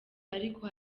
ariko